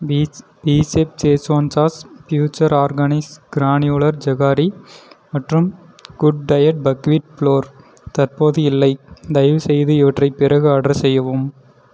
beach பீசெஃப் schezwan sauce future organics granular jaggery மற்றும் good diet buckwheat flour தற்போது இல்லை தயவுசெய்து இவற்றை பிறகு ஆட்ரு செய்யவும்